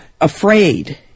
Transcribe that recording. afraid